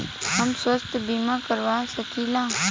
हम स्वास्थ्य बीमा करवा सकी ला?